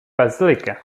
basilica